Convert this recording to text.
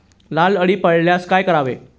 लाल अळी पडल्यास काय करावे?